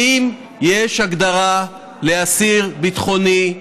האם יש הגדרה לאסיר ביטחוני?